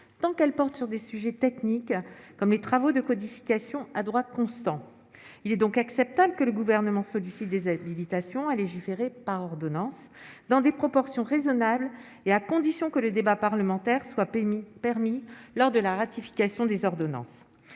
tant qu'elle porte sur des sujets techniques comme les travaux de codification à droit constant, il est donc acceptable que le gouvernement sollicite des habilitations à légiférer par ordonnances dans des proportions raisonnables et à condition que le débat parlementaire soit permis permis lors de la ratification des ordonnances